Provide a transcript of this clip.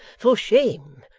for shame!